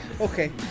Okay